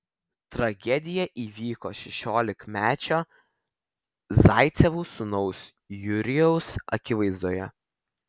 tragedija įvyko šešiolikmečio zaicevų sūnaus jurijaus akivaizdoje